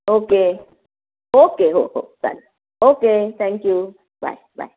okay okay हो हो चालेल ओके थँक्यू बाय बाय